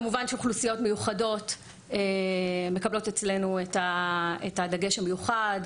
כמובן שאוכלוסיות מיוחדות מקבלות אצלנו את הדגש המיוחד,